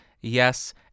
yes